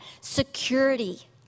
security